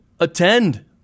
Attend